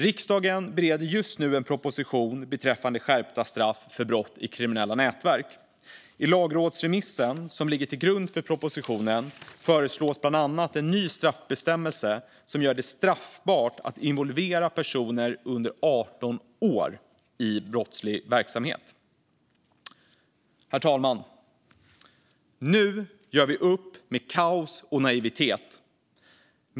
Riksdagen bereder just nu en proposition om skärpta straff för brott i kriminella nätverk. I lagrådsremissen som ligger till grund för propositionen föreslås bland annat en ny straffbestämmelse som gör det straffbart att involvera personer under 18 år i brottslig verksamhet. Herr talman! Nu gör vi upp med kaos och naivitet.